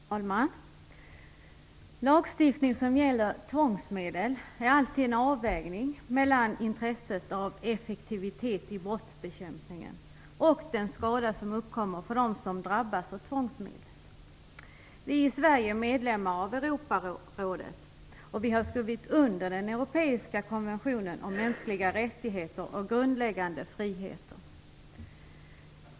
Fru talman! Lagstiftning som gäller tvångsmedel är alltid en avvägning mellan intresset av effektivitet i brottsbekämpningen och den skada som uppkommer för dem som drabbas av tvångsmedlet. Vi i Sverige är medlemmar av Europarådet, och vi har skrivit under den europeiska konventionen om mänskliga rättigheter och grundläggande friheter.